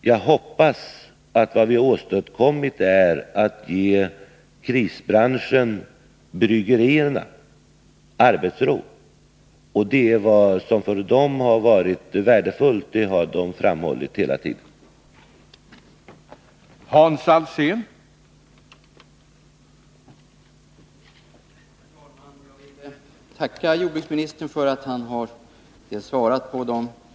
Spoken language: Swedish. Jag hoppas att vi har åstadkommit arbetsro i den krisbransch som bryggerierna utgör och att arbetsro åstadkoms är det värdefulla för bryggerierna — det har de hela tiden framhållit.